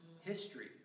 history